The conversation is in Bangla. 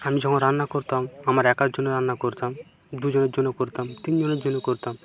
আমি যখন রান্না করতাম আমার একার জন্য রান্না করতাম দুজনের জন্য করতাম তিনজনের জন্য করতাম